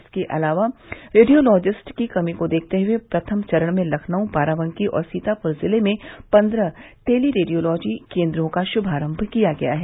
इसके अलावा रेडियोलॉजिस्ट की कमी को देखते हये प्रथम चरण में लखनऊ बाराबकी और सीतापुर जिले में पन्द्रह टेलीरेडियोलॉजी केन्द्रों का शुभारम्भ किया गया है